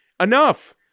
enough